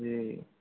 जी